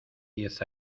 diez